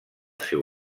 seu